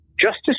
Justice